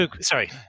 Sorry